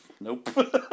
Nope